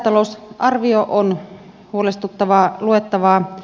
lisätalousarvio on huolestuttavaa luettavaa